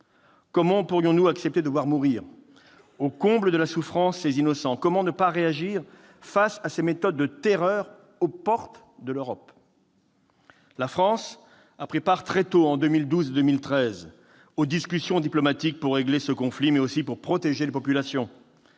Comment pourrions-nous accepter de voir mourir, au comble de la souffrance, ces innocents ? Comment ne pas réagir face à ces méthodes de terreur aux portes de l'Europe ? La France a pris part très tôt, en 2012 et en 2013, aux discussions diplomatiques pour régler ce conflit, mais aussi pour protéger les populations.